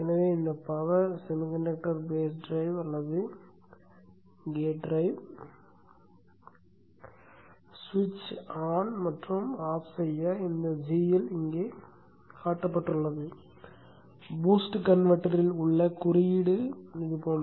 எனவே இந்த power semiconductor base drive அல்லது கேட் டிரைவ் சுவிட்சை ஆன் மற்றும் ஆஃப் செய்ய g இல் இங்கே காட்டப்பட்டுள்ளது BOOST கன்வெர்ட்டரில் உள்ள குறியீடு போன்று